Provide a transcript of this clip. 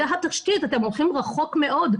אתם הולכים רחוק מאוד.